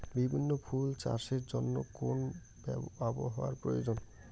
বিভিন্ন ফুল চাষের জন্য কোন আবহাওয়ার প্রয়োজন?